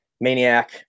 maniac